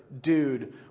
dude